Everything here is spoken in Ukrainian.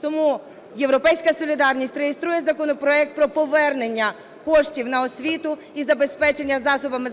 Тому "Європейська солідарність" реєструє законопроект про повернення коштів на освіту і забезпечення засобами